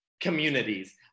communities